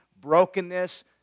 brokenness